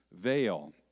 veil